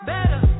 Better